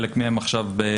חלקם מהם בחזית,